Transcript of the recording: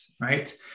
right